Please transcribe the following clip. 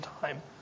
time